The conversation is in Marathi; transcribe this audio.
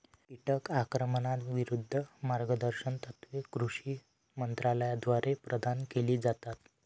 कीटक आक्रमणाविरूद्ध मार्गदर्शक तत्त्वे कृषी मंत्रालयाद्वारे प्रदान केली जातात